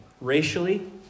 racially